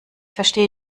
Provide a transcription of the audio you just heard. verstehe